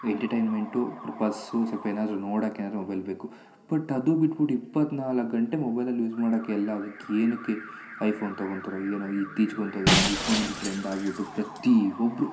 entertainment purpose ಸ್ವಲ್ಪ ಏನಾದರು ನೋಡೋಕ್ಕೆನಾರು ಮೊಬೈಲ್ ಬೇಕು ಬಟ್ ಅದು ಬಿಟ್ಬಿಟ್ಟು ಇಪ್ಪತ್ನಾಲ್ಕು ಗಂಟೆ ಮೊಬೈಲಲ್ಲಿ ಯೂಸ್ ಮಾಡೋಕ್ಕೆ ಎಲ್ಲ ಅದಕ್ಕೇನಕ್ಕೆ ಐಫೋನ್ ತೊಗೊಳ್ತಾರೋ ಏನೋ ಇತ್ತೀಚೆಗಂತೂ ಅದೇನೋ ಐಫೋನ್ ಅಂತೂ ಟ್ರೆಂಡ್ ಆಗಿಬಿಟ್ಟು ಪ್ರತಿಯೊಬ್ರು